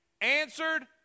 Answered